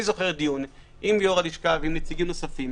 אני זוכר דיון עם יו"ר הלשכה ועם נציגים נוספים